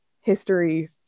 history